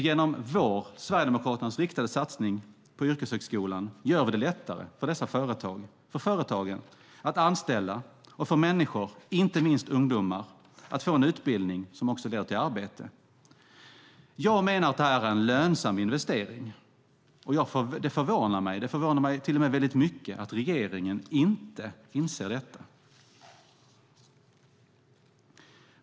Genom Sverigedemokraternas riktade satsning på yrkeshögskolan gör vi det lättare för företagen att anställa och för människor, inte minst ungdomar, att få en utbildning som också leder till arbete. Jag menar att det här är en lönsam investering, och det förvånar mig, och det förvånar mig till och med väldigt mycket, att regeringen inte inser detta.